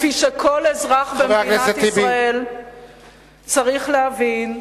כפי שכל אזרח במדינת ישראל צריך להבין,